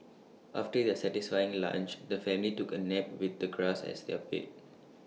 after their satisfying lunch the family took A nap with the grass as their bed